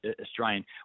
Australian